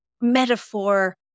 metaphor